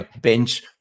bench